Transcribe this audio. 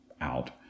out